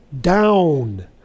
down